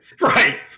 Right